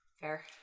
Fair